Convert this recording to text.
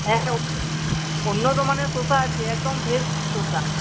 হ্যাঁ উন্নত মানের শসা আছে একদম ফ্রেশ শসা